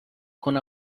con